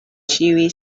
ĉiuj